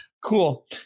Cool